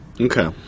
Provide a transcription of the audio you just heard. Okay